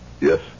Yes